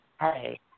hey